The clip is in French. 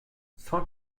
cent